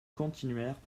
continuèrent